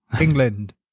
England